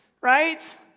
right